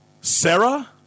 Sarah